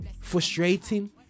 frustrating